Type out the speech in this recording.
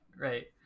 right